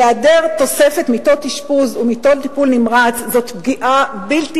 היעדר תוספת מיטות אשפוז ומיטות טיפול נמרץ זאת פגיעה בלתי